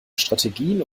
strategien